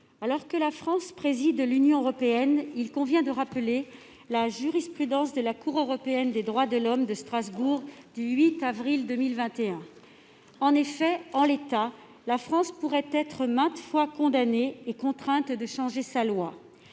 Alors que la France préside l'Union européenne, il convient de rappeler la jurisprudence de la Cour européenne des droits de l'homme (CEDH), dont le siège est à Strasbourg. En l'état, la France pourrait être maintes fois condamnée et contrainte de changer sa loi.